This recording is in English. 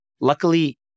Luckily